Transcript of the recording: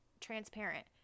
transparent